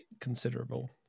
Considerable